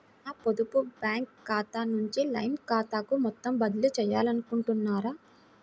నా పొదుపు బ్యాంకు ఖాతా నుంచి లైన్ ఖాతాకు మొత్తం బదిలీ చేయాలనుకుంటున్నారా?